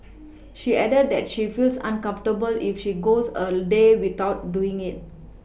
she added that she feels uncomfortable if she goes a day without doing it